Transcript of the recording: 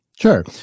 Sure